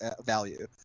value